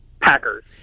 Packers